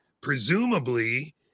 presumably